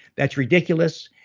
that's ridiculous.